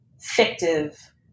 fictive